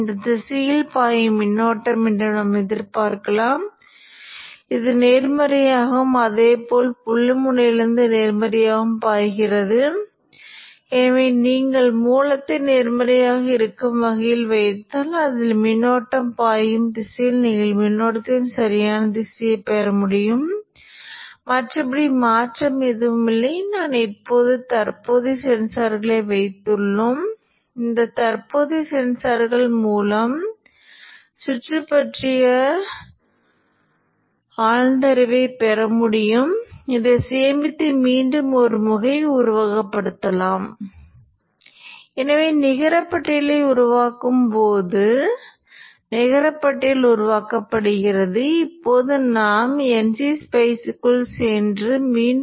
அதுவே இங்கு வரும் மற்றும் இதிலிருந்து இது ஒரு மாறுபட்ட அளவு என்பதை நீங்கள் காணலாம் மேலும் இங்குள்ள மின்னோட்டம் காந்தமாக்கும் மின்னோட்டம் அதிவேகமாக குறைகிறது அல்லது நிலையான IR வீழ்ச்சி வடிவத்தைக் கொண்டிருக்கும் இறுதியில் அது 0 க்கு செல்லும் போது அது Vin ஆக மாற வேண்டும்